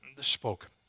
spoke